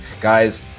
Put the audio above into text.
Guys